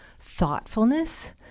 thoughtfulness